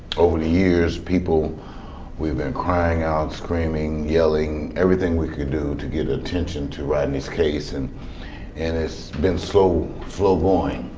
over the years, people we've been crying out, screaming, yelling everything we could do to get attention to rodney's case and and it's been so slow going.